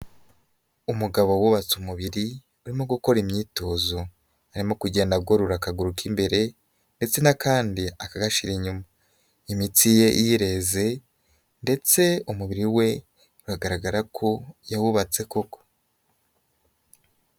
Umugabo wubatse umubiri urimo gukora imyitozo arimo kugenda agorora akaguru k'imbere ndetse n'akandi akagashira inyuma, imitsi ye yireze ndetse umubiri we bigaragara ko yawubatse koko.